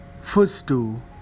footstool